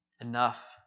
enough